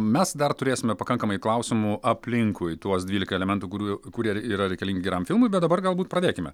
mes dar turėsime pakankamai klausimų aplinkui tuos dvylika elementų kurių kurie yra reikalingi geram filmui bet dabar galbūt pradėkime